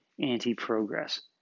anti-progress